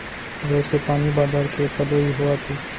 रोज के पानी बादर के पदोई होवत हे